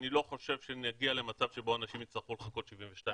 אני לא חושב שנגיע למצב שבו אנשים יצטרכו לחכות 72 שעות לתשובה.